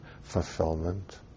fulfillment